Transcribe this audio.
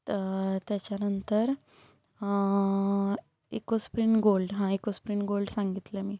तर त्याच्यानंतर Ecosprin Gold हा एकोस्प्रिन गोल्ड सांगितलं मी